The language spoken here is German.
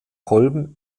kolben